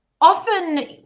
often